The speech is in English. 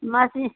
machine